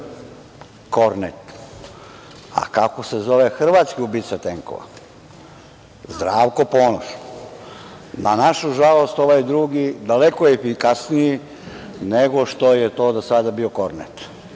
„Kornet“. Kako se zove hrvatski ubica tenkova? Zdravko Ponoš. Na našu žalost, ovaj drugi je daleko efikasniji nego što je to do sada bio „Kornet“.